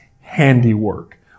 handiwork